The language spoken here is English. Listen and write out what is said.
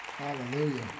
Hallelujah